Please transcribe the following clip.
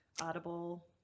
audible